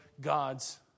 God's